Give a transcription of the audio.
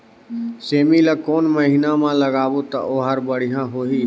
सेमी ला कोन महीना मा लगाबो ता ओहार बढ़िया होही?